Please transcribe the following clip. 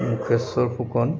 Musheswar Phukan